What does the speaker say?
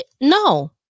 no